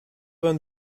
vingt